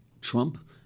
Trump